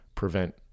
Prevent